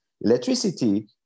Electricity